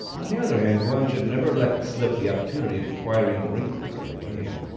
on the other hand, one should never let slip the opportunity of acquiring wrinkles on the game,